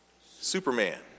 Superman